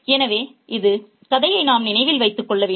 எனவே இது கதையை நாம் நினைவில் வைத்துக் கொள்ள வேண்டும்